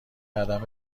عدم